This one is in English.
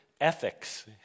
ethics